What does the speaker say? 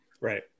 Right